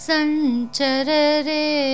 Sancharare